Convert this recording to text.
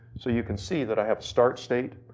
so you can see that i have start state,